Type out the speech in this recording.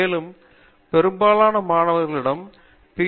மேலும் பெரும்பாலான மாணவர்களுக்கு பி